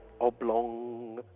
Oblong